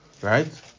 Right